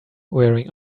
wearing